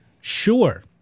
Sure